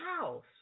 house